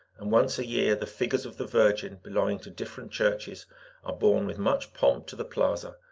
and once a year the figures of the virgin belonging to different churches are borne with much pomp to the plaza,